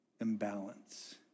imbalance